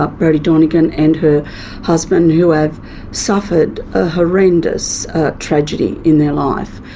ah brodie donegan and her husband, who have suffered a horrendous tragedy in their life.